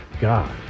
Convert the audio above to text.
God